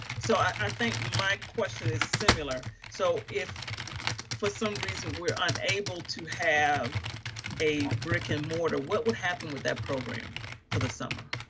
so i think my question is similar. so if for some reason we're unable to have a brick and mortar, what would happen with that program for the summer?